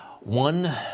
One